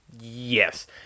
Yes